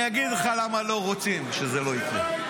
אני אגיד לך למה הם לא רוצים שזה יקרה,